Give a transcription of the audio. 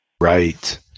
Right